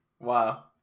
Wow